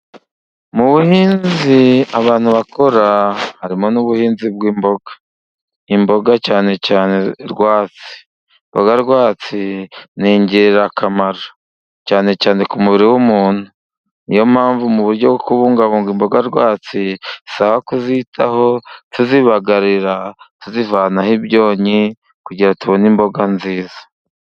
Mu buhinzi abantu bakora harimo n'ubuhinzi bw'imboga. Imboga cyane cyane rwatsi. Imboga rwatsi ni ingirakamaro, cyane cyane ku mubiri w'umuntu. Niyo mpamvu mu buryo bwo kubungabunga imboga rwatsi, bisaba kuzitaho, tuzibagarira, tuzivanaho ibyonnyi kugira ngo tubone imboga nziza.